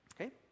Okay